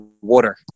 water